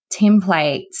templates